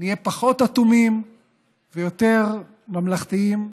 נהיה פחות אטומים ויותר ממלכתיים,